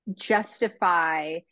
justify